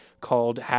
called